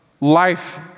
life